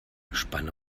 spanne